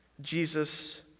Jesus